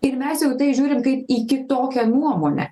ir mes jau į tai žiūrim kaip į kitokią nuomonę